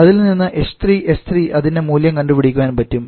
അതിൽനിന്ന് h3 s3അതിൻറെ മൂല്യം കണ്ടു പിടിക്കാൻ പറ്റും